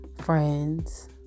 friends